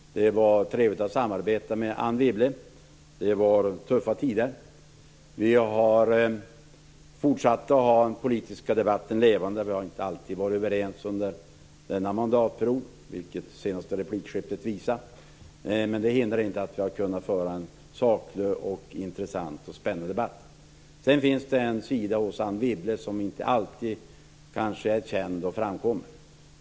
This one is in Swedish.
Det var trevligt att samarbeta med henne. Det var tuffa tider. Vi har fortsatt att hålla den politiska debatten levande. Vi har inte alltid varit överens under denna mandatperiod, vilket det senaste replikskiftet visade, men det har inte hindrat oss från att föra en saklig, intressant och spännande debatt. Sedan finns det en sidan hos Anne Wibble som kanske inte alltid har framkommit och varit känd.